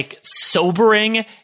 sobering